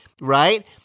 right